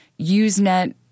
Usenet